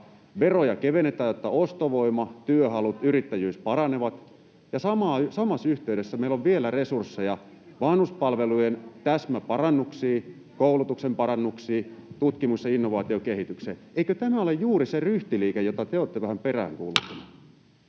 veroja, jotta ostovoima, työhalut ja yrittäjyys paranevat, ja samassa yhteydessä meillä on vielä resursseja vanhuspalvelujen täsmäparannuksiin, koulutuksen parannuksiin, tutkimus‑ ja innovaatiokehitykseen. Eikö tämä ole juuri se ryhtiliike, jota te olette vähän peräänkuuluttaneet?